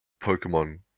Pokemon